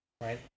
right